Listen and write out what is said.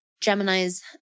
Gemini's